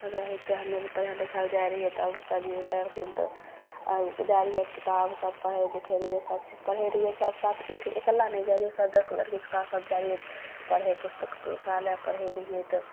रहै तऽ हमे आओर पढ़ै लिखै ले जाइ रहिए तऽ अब सरजी आओर कहै रहथिन तऽ जाइ रहिए तऽ किताब सब पढ़ै लिखे रहिए सबचीज पढ़ै रहिए सब साथ एक अकेला नहि जाइ रहिए सब दस गो लड़कीके साथ साथ जाइ रहिए पढ़ै पुस्तकालय पढ़ै रहिए तऽ